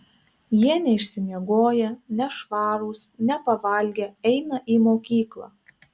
jie neišsimiegoję nešvarūs nepavalgę eina į mokyklą